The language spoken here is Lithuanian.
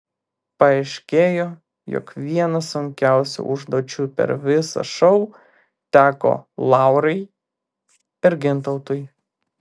paaiškėjo jog viena sunkiausių užduočių per visą šou teko laurai ir gintautui